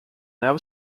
now